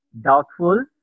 doubtful